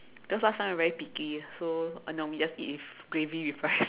that's why sometime very picky so normally I just eat with gravy with rice